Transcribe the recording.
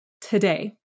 today